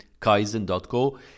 kaizen.co